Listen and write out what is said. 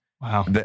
Wow